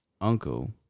uncle